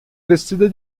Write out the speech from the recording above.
vestida